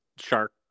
shark